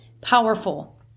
powerful